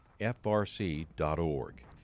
FRC.org